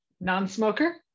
Non-smoker